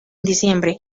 diciembre